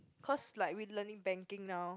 cause like we learning banking now